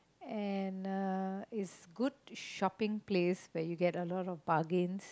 and uh it's good shopping place where you get a lot of bargains